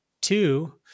two